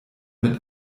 mit